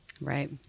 Right